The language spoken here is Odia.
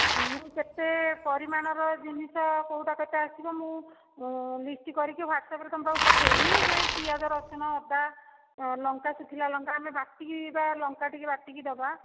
ମୁଁ କେତେ ପରିମାଣର ଜିନିଷ କେଉଁଟା କେତେ ଆସିବ ମୁଁ ଲିଷ୍ଟ୍ କରିକି ହ୍ଵାଟ୍ଅସପ୍ରେ ତୁମ ପାଖକୁ ପଠାଇବି ପିଆଜ ରସୁଣ ଅଦା ଲଙ୍କା ଶୁଖିଲା ଲଙ୍କା ଆମେ ବାଟିକି ବା ଲଙ୍କା ଟିକିଏ ବାଟିକି ଦେବା